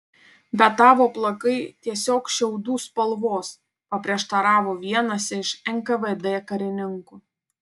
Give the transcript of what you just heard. bet tavo plaukai tiesiog šiaudų spalvos paprieštaravo vienas iš nkvd karininkų